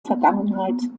vergangenheit